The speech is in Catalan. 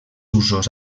usos